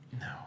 No